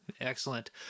Excellent